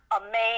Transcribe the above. Amazing